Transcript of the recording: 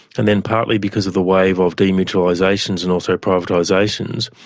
and then partly because of the wave of demutualisations and also privatisations,